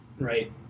right